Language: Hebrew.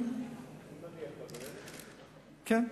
כן, כן.